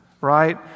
right